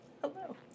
Hello